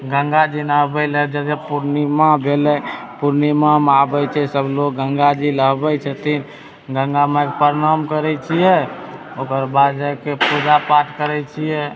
गङ्गा जी नहबै लऽ जैसे पूर्णिमा भेलै पूर्णिमामे आबैत छै सब लोग गङ्गा जी नहबैत छथिन गङ्गा माइके प्रणाम करैत छियै ओकर बाद जाइके पूजा पाठ करैत छियै